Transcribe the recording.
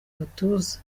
agatuza